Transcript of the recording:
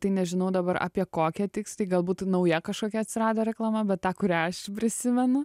tai nežinau dabar apie kokią tiksliai galbūt nauja kažkokia atsirado reklama bet tą kurią aš prisimenu